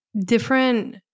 different